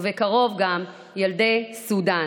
ובקרוב גם ילדי סודאן.